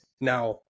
Now